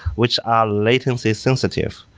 which are latency sensitive.